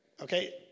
okay